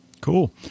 Cool